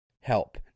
help